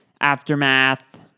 aftermath